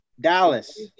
Dallas